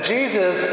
Jesus